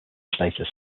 status